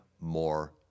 more